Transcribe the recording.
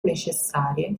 necessarie